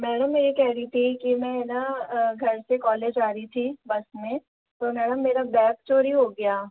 madam मैं ये कह रही थी कि मैं न घर से कॉलेज आ रही थी बस में तो मैडम मेरा बैग चोरी हो गया